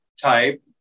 type